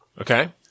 Okay